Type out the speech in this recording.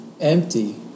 empty